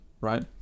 right